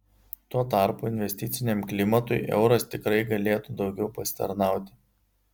tuo tarpu investiciniam klimatui euras tikrai galėtų daugiau pasitarnauti